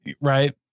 Right